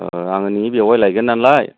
आंनि बेवाइ लायगोन नालाय